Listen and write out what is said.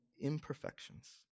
imperfections